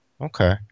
Okay